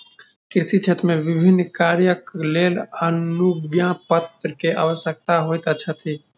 कृषि क्षेत्र मे विभिन्न कार्यक लेल अनुज्ञापत्र के आवश्यकता होइत अछि